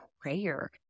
prayer